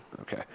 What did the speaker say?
Okay